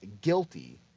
guilty